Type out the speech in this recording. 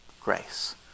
Grace